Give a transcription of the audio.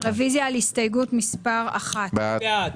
רוויזיה על הסתייגות מס' 31. מי בעד,